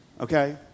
okay